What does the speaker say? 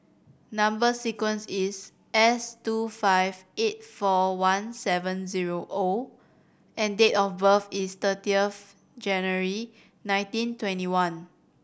number sequence is S two five eight four one seven zero O and date of birth is thirtieth January nineteen twenty one